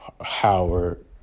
Howard